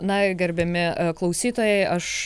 na gerbiami klausytojai aš